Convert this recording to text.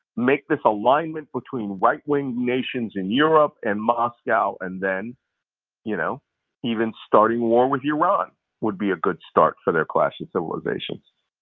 make this alignment between right-wing nations in europe and moscow, and then you know even starting a war with iran would be a good start for their clash of civilizations.